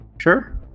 sure